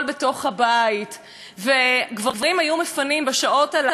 וגברים היו מפנים בשעות הללו את אזור הבית,